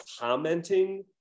commenting